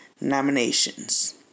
nominations